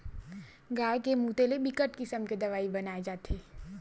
गाय के मूते ले बिकट किसम के दवई बनाए जाथे